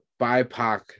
BIPOC